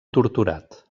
torturat